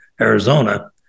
Arizona